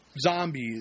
zombies